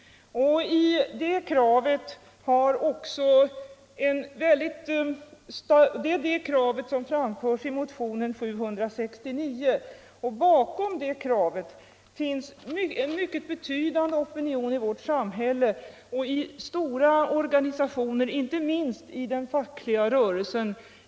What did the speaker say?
Det är det kravet som framförs i motionen 769. Bakom det kravet finns en mycket betydande opinion i vårt samhälle och i stora organisationer, inte minst i den fackliga rörelsen.